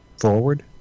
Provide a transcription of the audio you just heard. forward